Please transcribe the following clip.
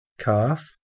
Calf